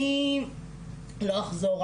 אני לא אחזור,